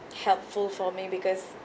helpful for me because